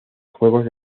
juegos